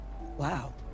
Wow